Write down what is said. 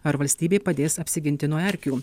ar valstybei padės apsiginti nuo erkių